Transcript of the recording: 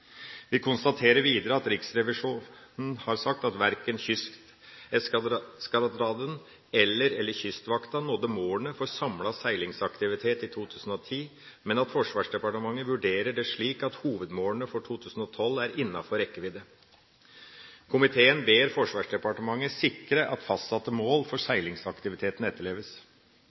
Videre konstaterer Riksrevisjonen at verken Kysteskadren eller Kystvakten nådde målene for samlet seilingsaktivitet i 2010, men at Forsvarsdepartementet vurderer det slik at hovedmålene for 2012 er innenfor rekkevidde. Komiteen ber Forsvarsdepartementet sikre at fastsatte mål for seilingsaktivitet etterleves.